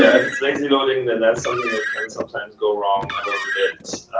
if it's lazy loading, then that's something that can sometimes go wrong a little bit,